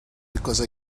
because